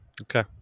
Okay